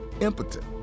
impotent